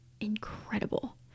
incredible